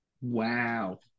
Wow